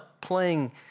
playing